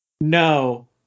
No